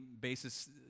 basis